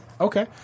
Okay